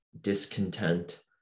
discontent